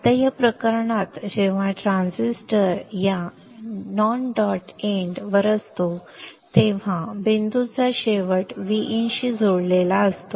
आता या प्रकरणात जेव्हा ट्रान्झिस्टर या नॉन डॉट एंड वर असतो तेव्हा बिंदूचा शेवट Vin शी जोडलेला असतो